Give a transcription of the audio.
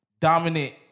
Dominant